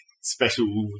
special